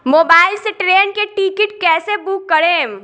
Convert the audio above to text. Mobile से train के ticket कैसे बूक करेम?